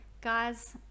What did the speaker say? guys